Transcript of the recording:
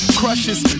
crushes